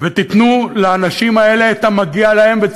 ותיתנו לאנשים האלה את המגיע להם ואת